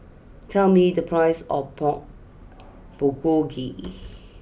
tell me the price of Pork Bulgogi